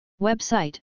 Website